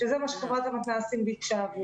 שזה מה שחברת המתנ"סים ביקשה.